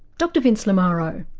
dr vince lamaro.